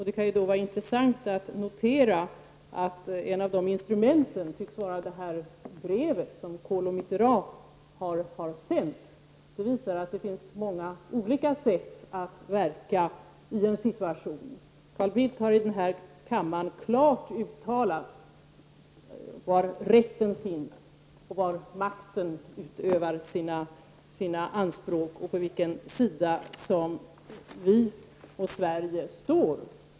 Det kan vara intressant att notera att ett av instrumenten tycks vara det brev som Kohl och Mitterrand har sänt. Det visar att det finns många olika sätt att påverka situationen. Carl Bildt har klart i denna kammare uttalat var rätten finns, var makten utövar sina anspråk och på vilken sida vi och Sverige står.